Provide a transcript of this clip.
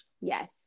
Yes